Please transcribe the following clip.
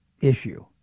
issue